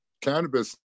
Cannabis